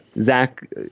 Zach